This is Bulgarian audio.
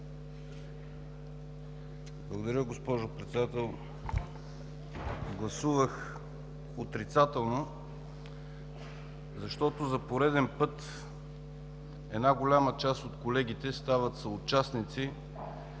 Благодаря, госпожо Председател.